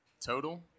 Total